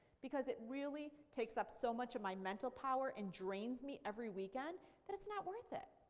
because it really takes up so much of my mental power and drains me every weekend that it's not worth it.